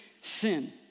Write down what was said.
sin